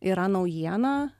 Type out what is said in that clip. yra naujiena